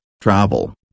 travel